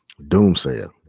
Doomsayer